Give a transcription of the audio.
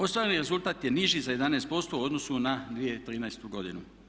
Ostvareni rezultat je niži za 11% u odnosu na 2013. godinu.